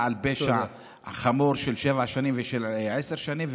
על פשע חמור של שבע שנים ושל עשר שנים.